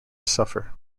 suffer